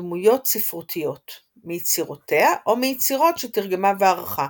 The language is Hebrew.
דמויות ספרותיות – מיצירותיה או מיצירות שתרגמה וערכה –